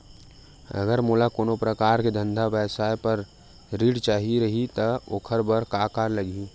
अगर मोला कोनो प्रकार के धंधा व्यवसाय पर ऋण चाही रहि त ओखर बर का का लगही?